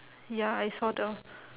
ya I saw the